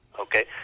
okay